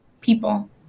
people